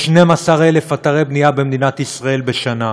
יש 12,000 אתרי בנייה במדינת ישראל בשנה,